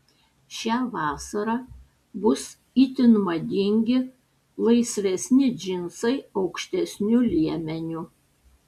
šią vasarą bus itin madingi laisvesni džinsai aukštesniu liemeniu